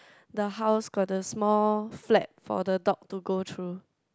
the house got the small flap for the dog to go through